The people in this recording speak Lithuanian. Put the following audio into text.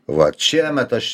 vat šiemet aš